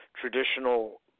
traditional